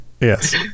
Yes